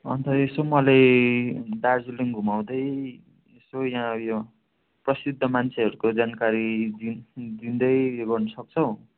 अन्त यसो मलाई दार्जिलिङ घुमाउँदै यसो यहाँ उयो प्रसिद्ध मान्छेहरूको जानकारी दि दिँदै उयो गर्नु सक्छौ